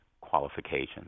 qualifications